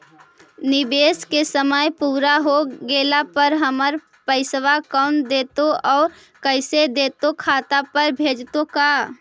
निवेश के समय पुरा हो गेला पर हमर पैसबा कोन देतै और कैसे देतै खाता पर भेजतै का?